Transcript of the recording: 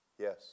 Yes